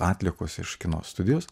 atliekos iš kino studijos